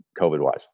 COVID-wise